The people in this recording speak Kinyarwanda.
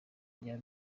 rya